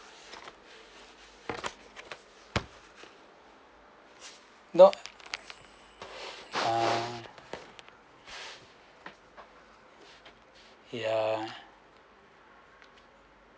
no ah yeah